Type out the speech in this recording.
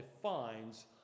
defines